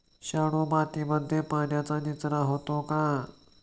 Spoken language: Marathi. शाडू मातीमध्ये पाण्याचा निचरा होतो का?